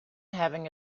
having